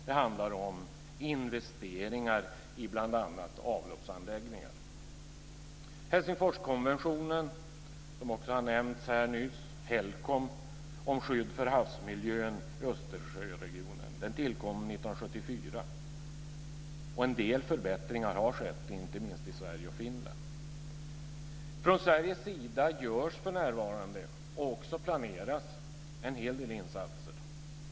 Det handlar om investeringar i bl.a. avloppsanläggningar. Helsingforskonventionen, HELCOM, om skydd för havsmiljön i Östersjöregionen tillkom 1974. En del förbättringar har skett, inte minst i Sverige och Finland. Från Sveriges sida görs för närvarande - och planeras också - en hel del insatser.